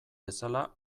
bezala